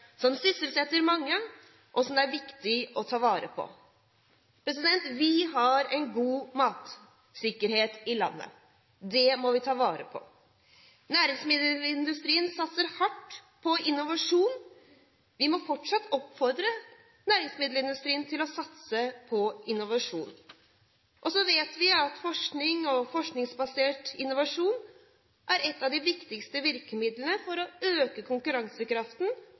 som sysselsetter mange og som det er viktig å ta vare på. Vi har god matsikkerhet i landet. Det må vi ta vare på. Næringsmiddelindustrien satser hardt på innovasjon. Vi må fortsatt oppfordre næringsmiddelindustrien til å satse på innovasjon. Så vet vi at forskning og forskningsbasert innovasjon er ett av de viktigste virkemidlene for å øke konkurransekraften